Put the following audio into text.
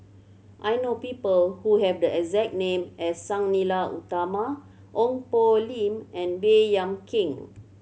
I know people who have the exact name as Sang Nila Utama Ong Poh Lim and Baey Yam Keng